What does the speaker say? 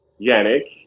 Yannick